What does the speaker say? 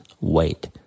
wait